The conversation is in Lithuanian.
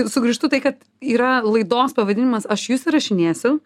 sugrįžtu tai kad yra laidos pavadinimas aš jus įrašinėsiu